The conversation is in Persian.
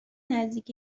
نزدیک